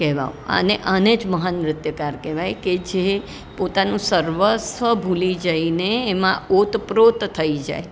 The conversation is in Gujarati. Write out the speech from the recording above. કહેવાવ અને આને જ મહાન નૃત્યકાર કહેવાય જે પોતાનું સર્વસ્વ ભૂલી જઈને એમાં ઓતપ્રોત થઈ જાય